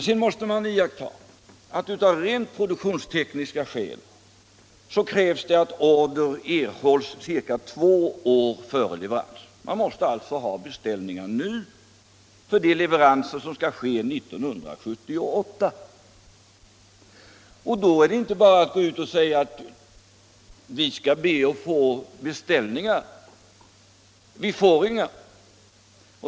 Sedan måste man iaktta det förhållandet att det, av rent produktionstekniska skäl, krävs att order erhålls ca två år före leverans. Man måste alltså ha beställningar nu för de leveranser som skall ske 1978. Då är det inte bara att gå ut och be att få beställningar. Vi får inga sådana.